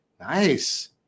Nice